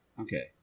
Okay